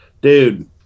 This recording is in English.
dude